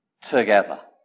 together